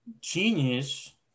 Genius